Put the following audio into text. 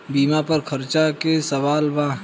बीमा पर चर्चा के सवाल बा?